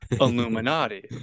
Illuminati